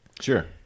Sure